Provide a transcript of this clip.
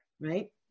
right